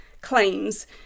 claims